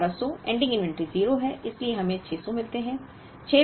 5 वें महीने 1200 ending inventory 0 है इसलिए हमें 600 मिलते हैं